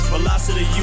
Velocity